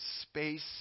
space